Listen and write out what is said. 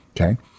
okay